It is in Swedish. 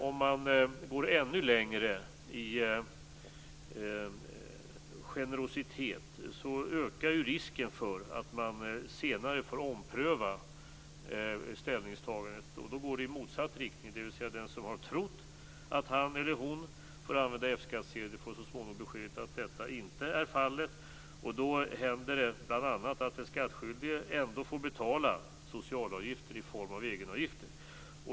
Om man går ännu längre i generositet ökar risken för att man senare får ompröva ställningstagandet, och då går det i motsatt riktning - dvs. den som har trott att han eller hon får använda F-skattsedel får så småningom beskedet att så inte är fallet. Då händer bl.a. att den skattskyldige ändå får betala socialavgifter i form av egenavgifter.